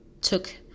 took